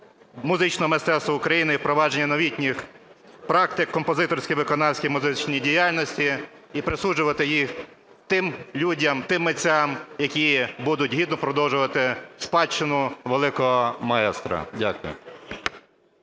музичного мистецтва України і впровадження новітніх практик у композиторській і виконавській музичній діяльності, і присуджувати її тим людям, тим митцям, які будуть гідно продовжувати спадщину великого маестро. Дякую.